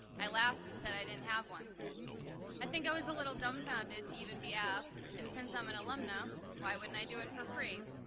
i laughed and said, i didn't have one i think i was a little dumbfounded to even be asked. and since i'm an alumna, why wouldn't i do it for free?